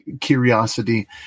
curiosity